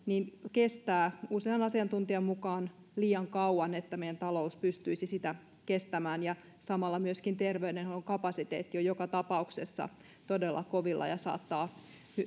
kestää usean asiantuntijan mukaan liian kauan jotta meidän talous pystyisi sitä kestämään ja samalla myöskin terveydenhuollon kapasiteetti on joka tapauksessa todella kovilla ja saattaa